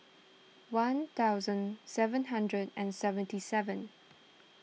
one thousand seven hundred and seventy seven